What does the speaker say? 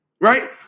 Right